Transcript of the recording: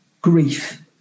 grief